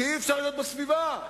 כך שאי-אפשר להיות בסביבה.